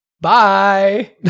Bye